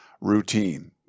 routine